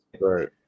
right